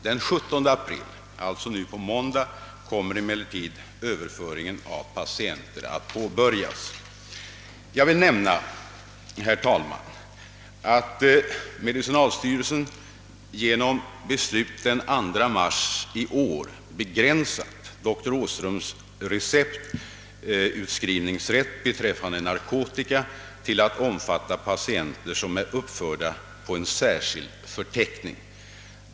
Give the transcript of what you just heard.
Den 17 april — alltså nu på måndag — kommer emellertid överföringen av patienter att påbörjas. Jag vill nämna, herr talman, att medicinalstyrelsen genom beslut den 2 mars 1 år begränsat doktor Åhströms receptutskrivningsrätt beträffande narkotika till att omfatta patienter som är uppförda på en särskild förteckning.